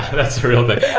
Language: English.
that's really